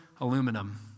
aluminum